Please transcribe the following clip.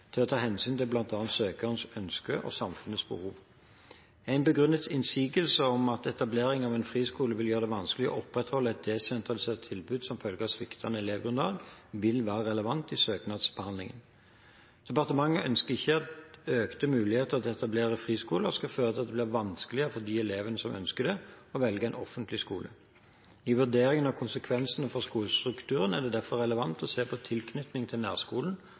ta hensyn til bl.a. søkernes ønsker og samfunnets behov. En begrunnet innsigelse om at etablering av en friskole vil gjøre det vanskelig å opprettholde et desentralisert tilbud som følge av sviktende elevgrunnlag, vil være relevant i søknadsbehandlingen. Departementet ønsker ikke at økte muligheter til å etablere friskoler skal føre til at det blir vanskeligere for de elevene som ønsker det, å velge en offentlig skole. I vurderingen av konsekvensene for skolestrukturen er det derfor relevant å se på tilknytning til nærskolen